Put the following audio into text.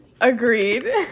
Agreed